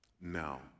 Now